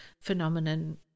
phenomenon